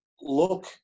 look